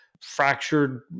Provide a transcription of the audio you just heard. fractured